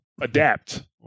adapt